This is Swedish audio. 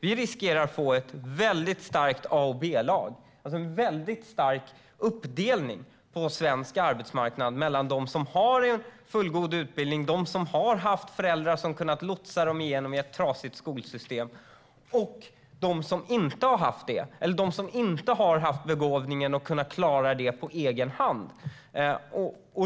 Vi riskerar att få ett utpräglat A och B-lag, en tydlig uppdelning på svensk arbetsmarknad mellan dem som har en fullgod utbildning och har haft föräldrar som kunnat lotsa dem igenom ett trasigt skolsystem och dem som inte har haft det eller inte har haft begåvningen och klarat det på egen hand.